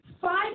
five